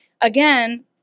again